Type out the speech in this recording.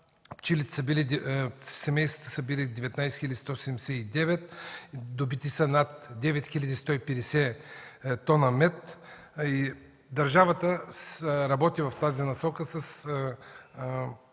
семейства са били 19 179, добити са над 9150 т мед. Държавата работи в тази насока с